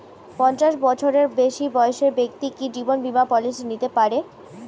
পঞ্চাশ বছরের বেশি বয়সের ব্যক্তি কি জীবন বীমা পলিসি নিতে পারে?